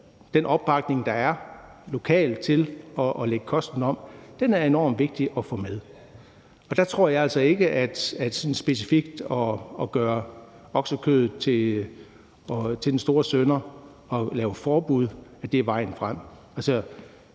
den opbakning, der er lokalt til at lægge kosten om, er enormt vigtig at få med, og der tror jeg altså ikke, at det er vejen frem specifikt at gøre oksekødet til den store synder og lave forbud. Så ville det jo ende